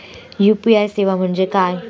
UPI सेवा म्हणजे काय?